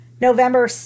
November